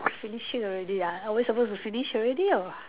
finishing already ah are we supposed to finish already or